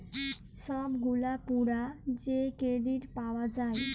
ছব গুলা পুরা যে কেরডিট পাউয়া যায়